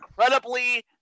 incredibly